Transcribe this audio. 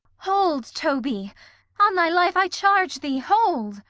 hold, toby on thy life, i charge thee, hold!